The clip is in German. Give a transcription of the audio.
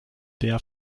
der